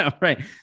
right